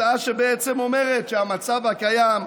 הצעה שבעצם אומרת שהמצב הקיים ישתנה,